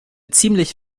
ziemlich